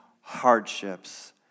hardships